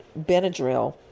Benadryl